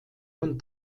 von